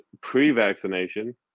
pre-vaccination